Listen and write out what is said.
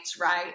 right